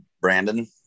Brandon